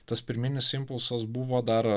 tas pirminis impulsas buvo dar